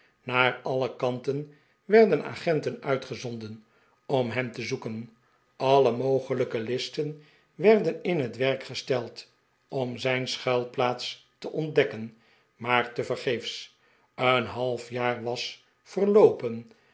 naar alle kanten werden agenten uitgezonden om hem te zoeken alle mogelijke listen werden in het werk gesteld om zijn schuilplaats te ontdekken i maar tevergeefs een half jaar was verloopen